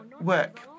work